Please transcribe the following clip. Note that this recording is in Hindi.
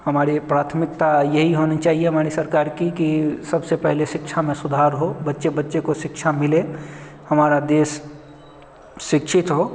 हमारी प्राथमिकता यही होनी चाहिए हमारी सरकार कि सबसे पहले शिक्षा में सुधार हो बच्चे बच्चे को शिक्षा मिले हमारा देश शिक्षित हो